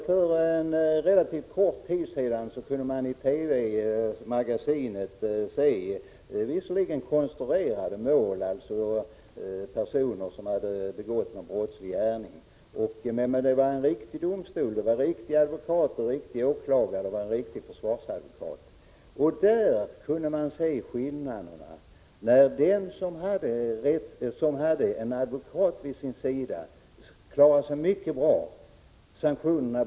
För relativt kort tid sedan kunde man i TV, i Jan Guillous program Magasinet, se rättegångar, där det visserligen var konstruerade mål mot personer som hade begått någon brottslig gärning, men där det var en riktig domstol, riktig åklagare och en riktig försvarsadvokat. Där kunde man se skillnaden — sanktionerna blev helt olika. Den som hade en advokat vid sin sida klarade sig mycket bra.